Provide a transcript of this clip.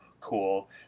cool